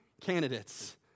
candidates